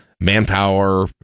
manpower